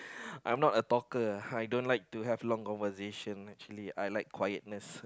I'm not a talker uh I don't like to have long conversation actually I like quietness